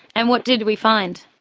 and what did we find?